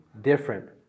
different